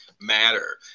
matter